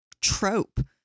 trope